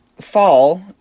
fall